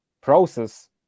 process